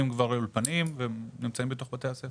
כבר אולפנים ונמצאים בתוך בתי הספר.